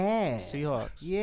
Seahawks